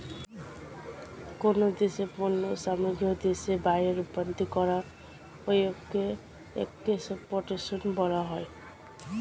কোন দেশের পণ্য সামগ্রী দেশের বাইরে রপ্তানি করার প্রক্রিয়াকে এক্সপোর্টেশন বলা হয়